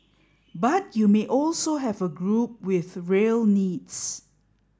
but you may also have a group with real needs